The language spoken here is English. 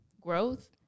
growth